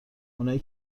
اونایی